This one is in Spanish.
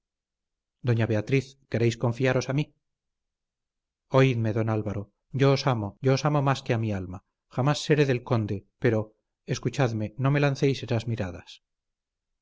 doña beatriz queréis confiaros a mí oídme don álvaro yo os amo yo os amo más que a mi alma jamás seré del conde pero escuchadme no me lancéis esas miradas